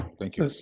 thank you. so